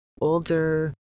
older